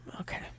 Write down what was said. Okay